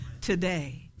Today